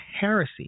heresy